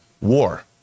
war